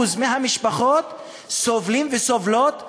מהמשפחות סובלים וסובלות מהעוני.